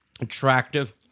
attractive